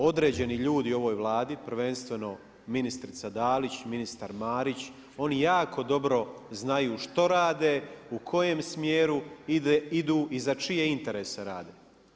Određeni ljudi u ovoj Vladi, prvenstveno ministrica Dalić, ministar Marić oni jako dobro znaju što rade u kojem smjeru idu i za čije interese rade.